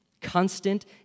Constant